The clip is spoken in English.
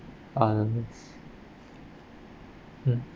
all it meant mm